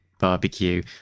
barbecue